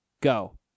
Go